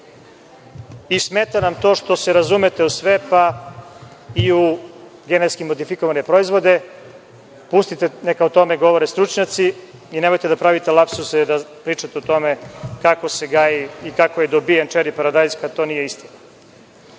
Smeta nam to što se razumete u sve, pa i u genetski modifikovane proizvode. Pustite, neka o tome govore stručnjaci i nemojte da pravite lapsuse dok pričate o tome kako se gaji i kako je dobijen čeri paradajz, kada to nije istina. Dakle,